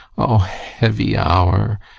o heavy hour!